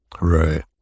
right